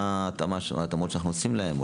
מה ההתאמות שאנחנו עושים להם.